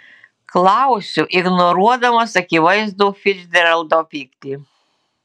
klausiu ignoruodamas akivaizdų ficdžeraldo pyktį